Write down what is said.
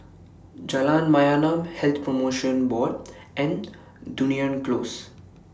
Jalan Mayaanam Health promotion Board and Dunearn Close